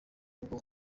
bwo